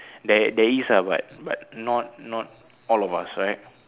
there there is lah but but not not all of us right